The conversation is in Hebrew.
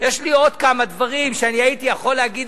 יש לי עוד כמה דברים שהייתי יכול להגיד